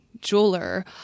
jeweler